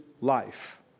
life